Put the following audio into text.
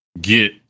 get